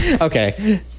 Okay